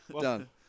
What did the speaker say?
Done